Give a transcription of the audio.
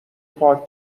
پاک